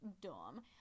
dumb